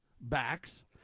backs